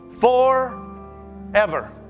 forever